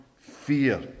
fear